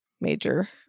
Major